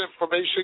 information